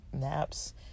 naps